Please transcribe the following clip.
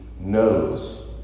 knows